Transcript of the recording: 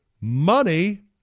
Money